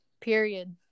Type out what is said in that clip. Period